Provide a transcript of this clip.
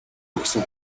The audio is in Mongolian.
өгсөн